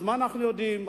אז מה אנחנו יודעים?